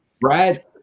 Brad